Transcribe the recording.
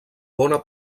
bona